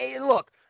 look